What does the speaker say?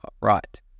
right